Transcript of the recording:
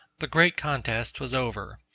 the great contest was over.